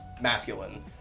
masculine